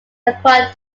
acquired